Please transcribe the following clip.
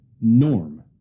norm